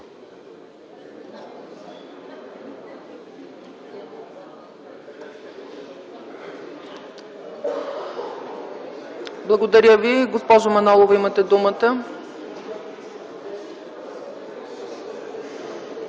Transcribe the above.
Благодаря ви. Госпожо Манолова, имате думата.